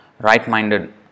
right-minded